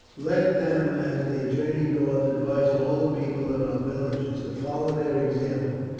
let them as they journey north advise all the people in our villages to follow their example.